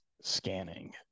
scanning